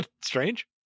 Strange